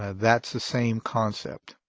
ah that's the same concept.